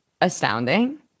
astounding